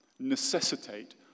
Necessitate